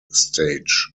stage